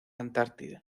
antártida